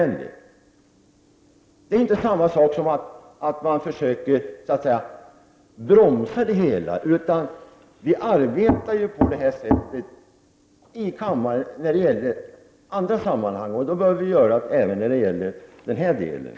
Detta är inte samma sak som att man försöker bromsa det hela. Vi arbetar på detta sätt i kammaren i andra sammanhang. Det bör vi göra även när det gäller de här frågorna.